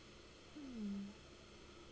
hmm